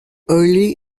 early